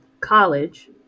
college